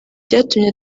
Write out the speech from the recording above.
byatumye